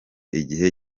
igihe